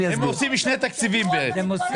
הם עושים שני תקציבים בעצם,